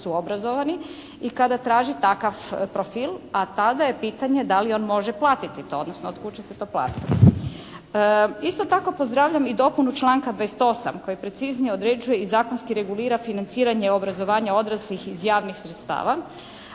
i kada traži takav profil, a tada je pitanje da li on može platiti to, odnosno od kud će se to platiti. Isto tako pozdravljam i dopunu članka 28. koji preciznije određuje i zakonski regulira financiranje obrazovanja odraslih iz javnih sredstava.